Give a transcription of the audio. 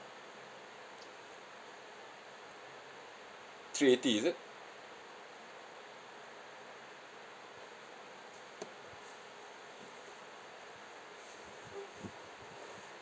three eighty is it